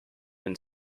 and